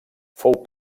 fou